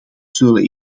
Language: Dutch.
zullen